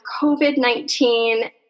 COVID-19